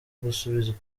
gusubizwa